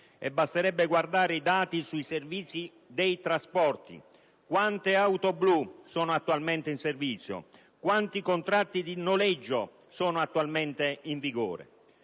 E basterebbe guardare i dati sui servizi dei trasporti: quante auto blu sono attualmente in servizio, quanti contratti di noleggio sono attualmente in vigore?